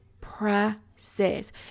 process